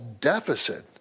deficit